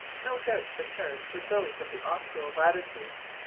no doubt the charts were those of the austral latitudes,